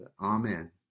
Amen